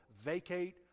vacate